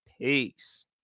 peace